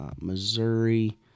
Missouri